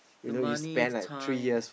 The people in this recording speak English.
the money the time